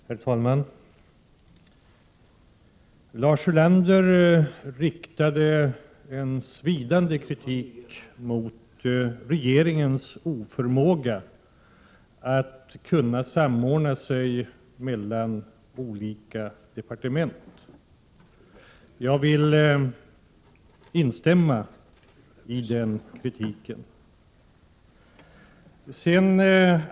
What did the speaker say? Herr talman! Lars Ulander riktade en svidande kritik mot regeringens oförmåga när det gäller samordningen mellan olika departement. Jag vill instämma i kritiken.